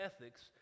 ethics